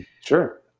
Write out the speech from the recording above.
Sure